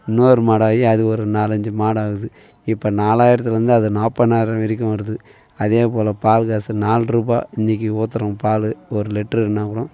இன்னோரு மாடாகி அது ஒரு நாலஞ்சி மாடாகுது இப்போ நாலாயிரத்துலேருந்து நாற்பதனாயிரம் வரைக்கும் வருது அதேப்போல் பால் காசு நால்ரூபா இன்றைக்கி ஊற்றுறோம் பாலு ஒரு லிட்ருனா கூட